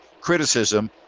criticism